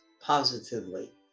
positively